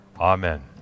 Amen